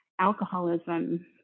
alcoholism